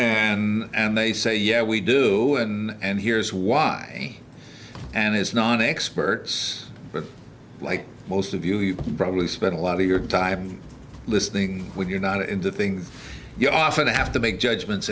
and they say yeah we do and here's why and it's nonexperts but like most of you you probably spend a lot of your time listening when you're not into things you often have to make judgments